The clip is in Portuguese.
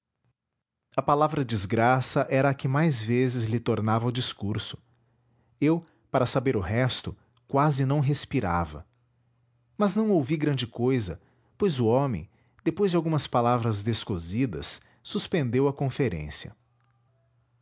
a palavra desgraça era a que mais vezes lhe tornava ao discurso eu para saber o resto quase não respirava mas não ouvi grande cousa pois o homem depois de algumas palavras descosidas suspendeu a conferência